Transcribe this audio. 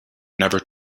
never